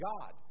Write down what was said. God